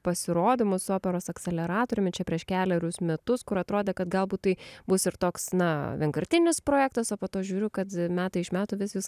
pasirodymus operos akseleratoriumi čia prieš kelerius metus kur atrodė kad galbūt tai bus ir toks na vienkartinis projektas o po to žiūriu kad metai iš metų vis jūs